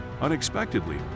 Unexpectedly